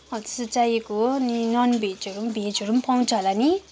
हो त्यस्तो चाहिएको हो अनि नन भेजहरू पनि भेजहरू पनि पाउँछ होला नि